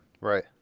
Right